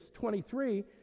23